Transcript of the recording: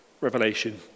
Revelation